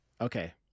Okay